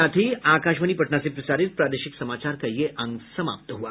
इसके साथ ही आकाशवाणी पटना से प्रसारित प्रादेशिक समाचार का ये अंक समाप्त हुआ